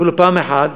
אפילו פעם אחת